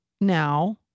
now